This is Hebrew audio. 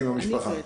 מידע.